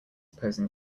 posing